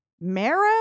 Marrow